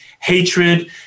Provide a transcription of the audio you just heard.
hatred